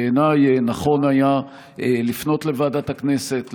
בעיניי נכון היה לפנות לוועדת הכנסת,